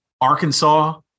Arkansas